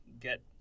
get